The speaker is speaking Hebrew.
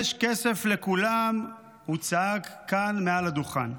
יש כסף לכולם, הוא צעק כאן מעל הדוכן.